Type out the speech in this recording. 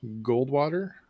Goldwater